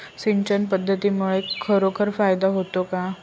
सिंचन पद्धतीमुळे खरोखर फायदा होतो का?